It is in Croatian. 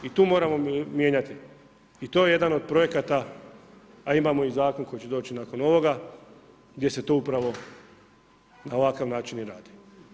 I tu moramo mijenjati i to je jedan od projekata, a imamo i zakon koji će doći nakon ovoga, gdje se to upravo, na ovakav način i radi.